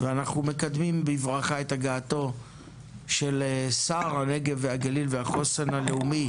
ואנחנו מקדמים בברכה את הגעתו של שר הנגב והגליל והחוסן הלאומי,